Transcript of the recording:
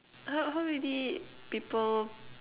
how how many people